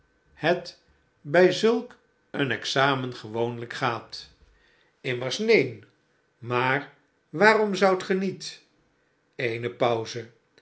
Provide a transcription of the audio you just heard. het bij zulk een examen gewoonlijk gaat immers neen maar waarom zoudt ge niet eene pauze